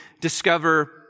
discover